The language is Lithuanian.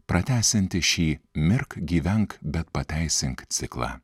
pratęsianti šį mirk gyvenk bet pateisink ciklą